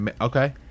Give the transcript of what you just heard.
okay